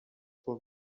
for